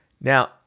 Now